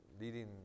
leading